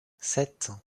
sept